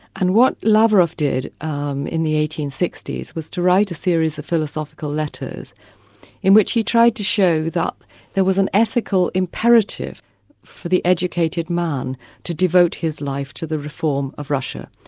and what lavrov did um in the eighteen sixty s was to write a series of philosophical letters in which he tried to show that there was an ethical imperative for the educated man to devote his life to the reform of russia.